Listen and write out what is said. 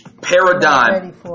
paradigm